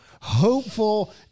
hopeful